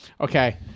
Okay